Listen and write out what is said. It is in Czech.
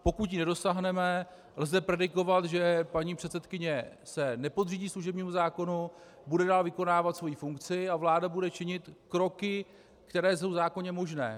Pokud jí nedosáhneme, lze predikovat, že paní předsedkyně se nepodřídí služebnímu zákonu, bude dál vykonávat svoji funkci a vláda bude činit kroky, které jsou zákonně možné.